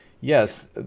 yes